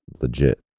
legit